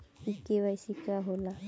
इ के.वाइ.सी का हो ला?